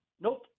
nope